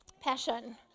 passion